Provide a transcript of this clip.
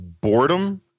boredom